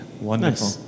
Wonderful